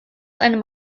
einem